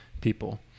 people